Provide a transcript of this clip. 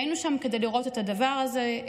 והיינו שם כדי לראות את הדבר הזה.